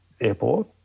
Airport